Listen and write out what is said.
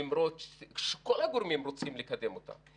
למרות שכל הגורמים רוצים לקדם אותה.